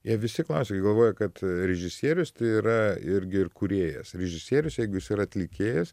jei visi klasėj galvoja kad režisierius tai yra irgi ir kūrėjas režisierius jeigu jis ir atlikėjas